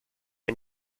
and